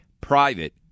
Private